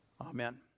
Amen